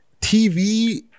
TV